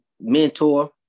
mentor